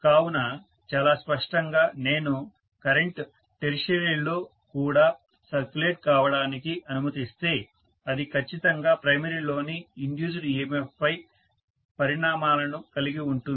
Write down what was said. కావున చాలా స్పష్టంగా నేను కరెంట్ టెర్షియరీలో కూడా సర్క్యులేట్ చేయడానికి అనుమతిస్తే అది ఖచ్చితంగా ప్రైమరీలోని ఇండ్యూస్డ్ EMF పై పరిణామాలను కలిగి ఉంటుంది